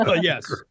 yes